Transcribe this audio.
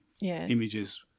images